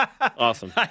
Awesome